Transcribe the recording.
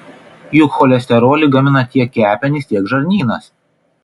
juk cholesterolį gamina tiek kepenys tiek žarnynas